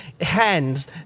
hands